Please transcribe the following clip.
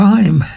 Time